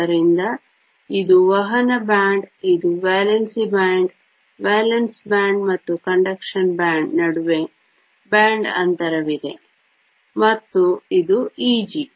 ಆದ್ದರಿಂದ ಇದು ವಹನ ಬ್ಯಾಂಡ್ ಇದು ವೇಲೆನ್ಸಿ ಬ್ಯಾಂಡ್ ವೇಲೆನ್ಸ್ ಬ್ಯಾಂಡ್ ಮತ್ತು ವಾಹಕ ಬ್ಯಾಂಡ್ ನಡುವೆ ಬ್ಯಾಂಡ್ ಅಂತರವಿದೆ ಮತ್ತು ಇದು Eg